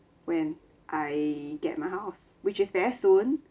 when I get my house which is very soon